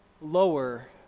lower